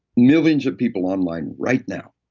millions of people online right now.